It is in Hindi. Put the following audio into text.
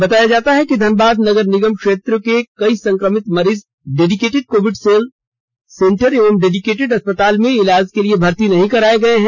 बताया जाता है कि धनबाद नगर निगम क्षेत्र के कई संक्रमित मरीज डेडिकेटेड कोविड हेल्थ सेंटर एवं डेडिकेटेड अस्पताल में इलाज के लिए भर्ती नहीं कराए गए हैं